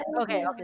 okay